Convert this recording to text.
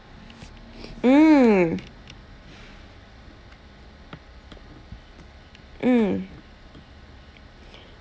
mm mm